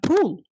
pool